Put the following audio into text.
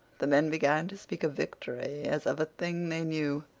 the men began to speak of victory as of a thing they knew.